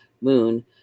moon